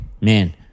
man